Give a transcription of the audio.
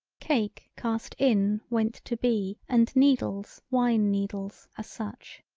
cake cast in went to be and needles wine needles are such.